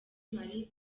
mali